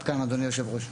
תודה אדוני היושב-ראש.